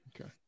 Okay